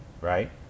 right